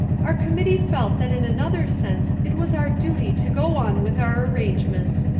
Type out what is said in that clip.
our committee felt that in another sense it was our duty to go on with our arrangements.